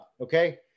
Okay